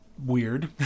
weird